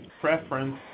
preference